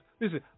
listen